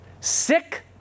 sick